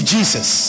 Jesus